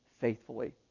faithfully